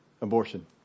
abortion